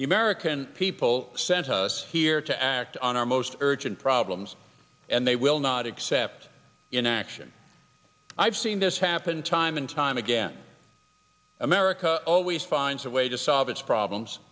the american people sent us here to act on our most urgent problems and they will not accept inaction i've seen this happen time and time again america always finds a way to solve its problems